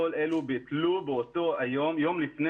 כל אלה ביטלו באותו היום אפילו יום לפני